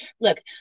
Look